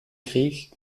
krieg